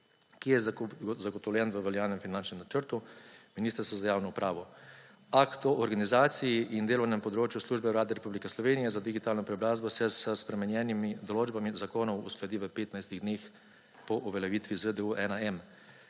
ki je zagotovljen v veljavnem finančnem načrtu Ministrstva za javno upravo. Akt o organizaciji in delovnem področju Službe Vlade Republike Slovenije za digitalno preobrazbo se s spremenjenimi določbami zakonov uskladi v 15-ih letih po uveljavitvi ZDU1M(?).